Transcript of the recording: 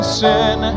sin